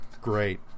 Great